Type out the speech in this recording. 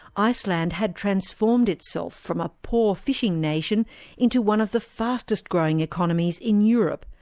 iceland had transformed itself from a poor fishing nation into one of the fastest-growing economies in europe,